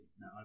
Now